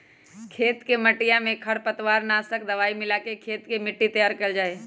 खेत के मटिया में खरपतवार नाशक दवाई मिलाके खेत के मट्टी तैयार कइल जाहई